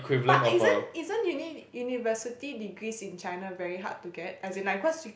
but isn't isn't uni university degrees in China very hard to get as in like because